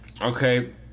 Okay